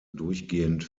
durchgehend